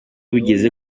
bigeze